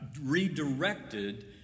redirected